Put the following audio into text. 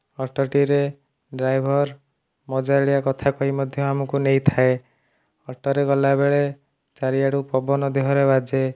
auto ଟିରେ driver ମଜାଳିଆ କଥା କହି ମଧ୍ୟ ଆମକୁ ନେଇଥାଏ ଅଟୋରେ ଗଲାବେଳେ ଚାରିଆଡୁ ପବନ ଦେହରେ ବାଜେ